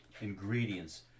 ingredients